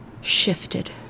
shifted